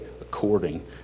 according